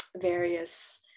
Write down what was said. various